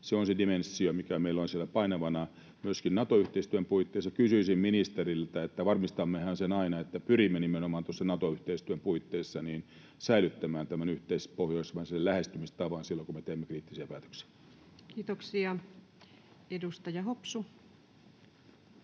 Se on se dimensio, mikä meillä on siellä painavana myöskin Nato-yhteistyön puitteissa. Kysyisin ministeriltä: varmistammehan aina sen, että pyrimme nimenomaan tuossa Nato-yhteistyön puitteissa säilyttämään tämän yhteispohjoismaisen lähestymistavan silloin, kun me teemme kriittisiä päätöksiä? Kiitoksia. — Edustaja Hopsu.